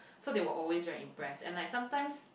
so they were always very impressed and like sometimes